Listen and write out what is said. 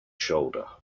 shoulder